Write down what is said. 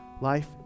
life